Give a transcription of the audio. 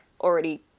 already